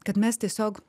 kad mes tiesiog